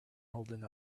holding